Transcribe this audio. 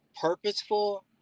purposeful